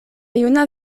juna